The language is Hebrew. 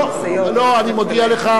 אני מודיע לך,